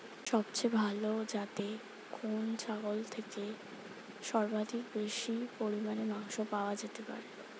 সবচেয়ে ভালো যাতে কোন ছাগল থেকে সর্বাধিক বেশি পরিমাণে মাংস পাওয়া যেতে পারে?